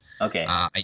Okay